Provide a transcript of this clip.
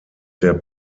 der